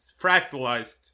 fractalized